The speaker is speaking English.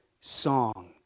song